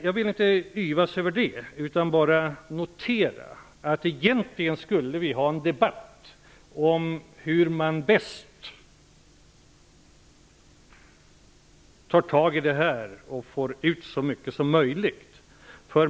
Jag vill inte yvas över det, utan bara notera att vi egentligen skulle ha en debatt om hur man bäst tar tag i problemet och får ut så mycket som möjligt.